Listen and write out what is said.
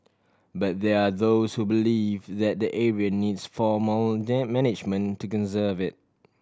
but there are those who believe that the area needs formal then management to conserve it